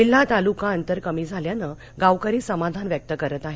जिल्हा तालुका अंतर कमी झाल्यानं गावकरी समाधान व्यक्त करत आहेत